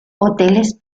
hoteles